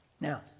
Now